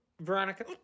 Veronica